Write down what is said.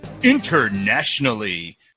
internationally